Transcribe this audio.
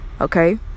Okay